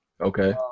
Okay